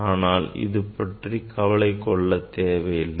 அதனால் அது பற்றி கவலை கொள்ள தேவை இல்லை